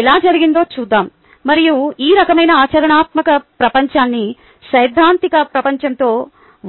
ఎలా జరిగిందో చూద్దాం మరియు ఈ రకమైన ఆచరణాత్మక ప్రపంచాన్ని సైద్ధాంతిక ప్రపంచంతో